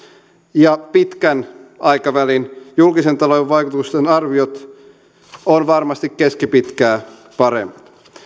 ja pitkän aikavälin julkisen talouden vaikutusten arviot ovat varmasti keskipitkää paremmat